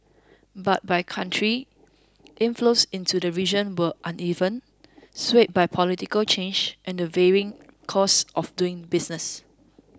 but by country inflows into the region were uneven swayed by political change and the varying costs of doing business